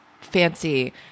fancy